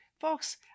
folks